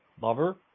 lover